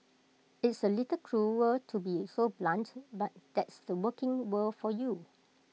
it's A little cruel to be so blunt but that's the working world for you